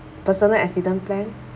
personal accident plan